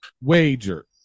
wager